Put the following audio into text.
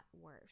worse